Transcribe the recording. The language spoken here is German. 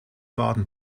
baden